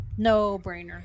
No-brainer